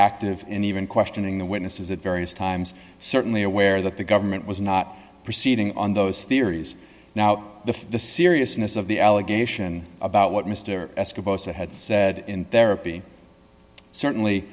active in even questioning the witnesses at various times certainly aware that the government was not proceeding on those theories now the seriousness of the allegation about what mr escott posa had said in therapy certainly